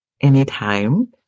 Anytime